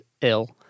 ill